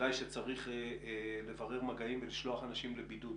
בוודאי שצריך לברר מגעים ולשלוח אנשים לבידוד.